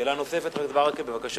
שאלה נוספת, חבר הכנסת ברכה, בבקשה.